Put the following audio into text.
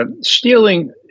stealing